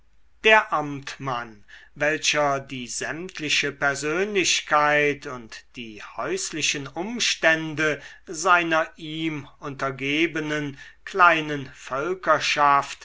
der amtmann welcher die sämtliche persönlichkeit und die häuslichen umstände seiner ihm untergebenen kleinen